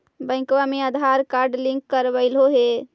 बैंकवा मे Aadhaar card link करवैलहो है?